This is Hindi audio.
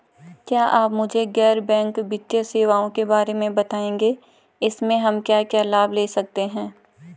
क्या आप मुझे गैर बैंक वित्तीय सेवाओं के बारे में बताएँगे इसमें हम क्या क्या लाभ ले सकते हैं?